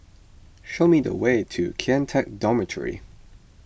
show me the way to Kian Teck Dormitory